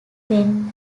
when